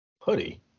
Hoodie